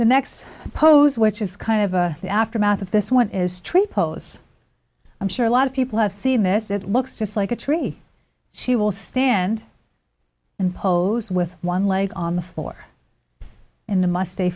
the next pose which is kind of the aftermath of this one is tripos i'm sure a lot of people have seen this it looks just like a tree she will stand and pose with one leg on the floor in the must stay